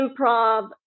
improv